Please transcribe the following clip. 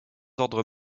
ordres